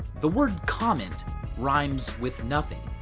the word comment rhymes with nothing,